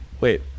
Wait